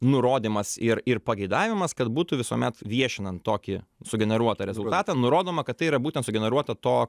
nurodymas ir ir pageidavimas kad būtų visuomet viešinant tokį sugeneruotą rezultatą nurodoma kad tai yra būtent sugeneruota to